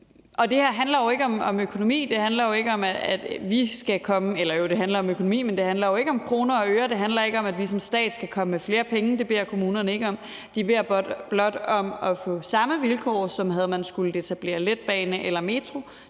jo, det handler om økonomi, men det handler ikke om kroner og øre. Det handler ikke om, at vi som stat skal komme med flere penge. Det beder kommunerne ikke om; de beder blot om at få samme vilkår, som hvis man havde skullet etablere en letbane eller en metro.